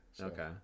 Okay